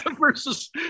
versus